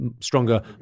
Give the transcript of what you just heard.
stronger